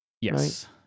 Yes